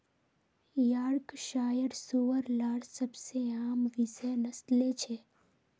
Yorkshire सूअर लार सबसे आम विषय नस्लें छ